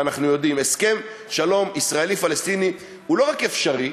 הרי אנחנו יודעים שהסכם שלום ישראלי פלסטיני הוא לא רק אפשרי,